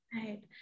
Right